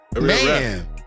Man